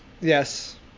Yes